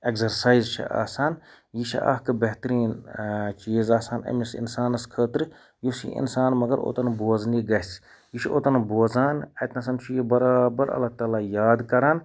exercise چھِ آسان یہِ چھِ اکھ بہترہن چیٖز آسان أمِس اِنسانَس خٲطرٕ یُس یہِ اِنسان مَگَر اوٚتَن بوزنہٕ گَژھِ یہِ چھُ اوٚتَن بوزان اَتنَسَن چھُ یہِ بَرابَر اللہ تعالٰۍ یاد کران